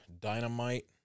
Dynamite